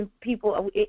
people